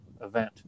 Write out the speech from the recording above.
event